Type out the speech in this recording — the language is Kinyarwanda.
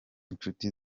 nshuti